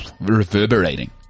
reverberating